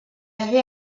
avait